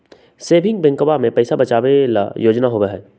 saving बैंकवा में पैसा बचावे ला योजना होबा हई